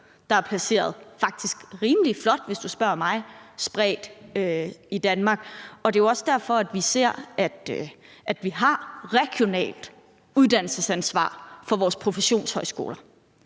der er placeret – faktisk rimelig flot, hvis du spørger mig – spredt i Danmark, og det er også derfor, vi har regionalt uddannelsesansvar for vores professionshøjskoler.